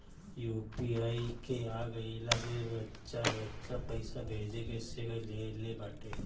UPI के आ गईला से बच्चा बच्चा पईसा भेजे के सिख लेले बाटे